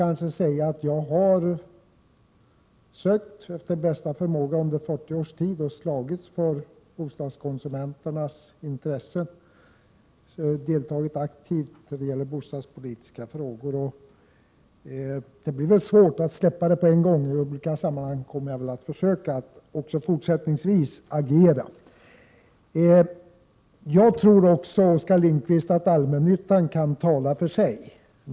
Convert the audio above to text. Jag vill emellertid säga att jag efter bästa förmåga under 40 års tid har slagits för bostadskonsumenternas intressen. Jag har under denna tid aktivt deltagit i bostadspolitiska sammanhang. Det blir nog svårt att på en gång släppa dessa frågor, och jag kommer nog även fortsättningsvis att i vissa sammanhang försöka agera. Jag tror också, Oskar Lindkvist, att allmännyttan kan tala för sig själv.